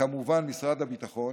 וכמובן משרד הביטחון,